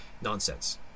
Nonsense